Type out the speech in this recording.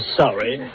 sorry